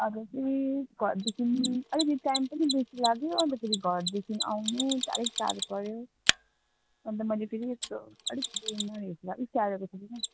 हजुर ती घरदेखि अलिकति टाइम पनि बेसी लाग्यो अन्त फेरि घरदेखि आउनु अलिक टाडो पऱ्यो अन्त मैले फेरि यस्तो अलिक बिमारीहरू अलिक स्याहारेको छुइनँ